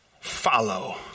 Follow